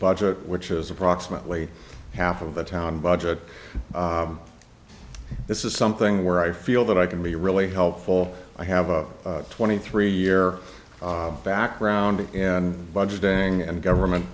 budget which is approximately half of the town budget this is something where i feel that i can be really helpful i have a twenty three year background and budgeting and government